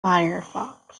firefox